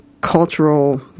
cultural